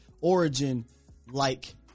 origin-like